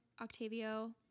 Octavio